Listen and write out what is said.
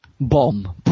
Bomb